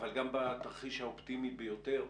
אבל גם בתרחיש האופטימי ביותר,